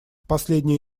последние